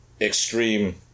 extreme